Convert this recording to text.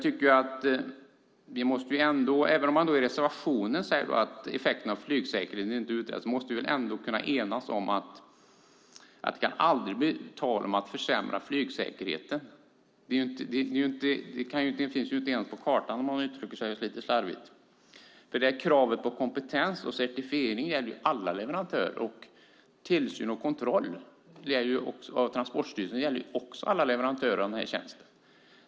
Även om man skriver i reservationen att effekterna beträffande flygsäkerheten inte utretts måste vi väl kunna enas om att det aldrig kan bli tal om att försämra flygsäkerheten. Något sådant finns inte ens på kartan, lite slarvigt uttryckt. Kravet på kompetens och certifiering gäller nämligen alla leverantörer, och tillsyn och kontroll av Transportstyrelsen gäller också alla leverantörer av en tjänst.